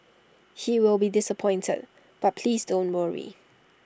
he will be disappointed but please don't worry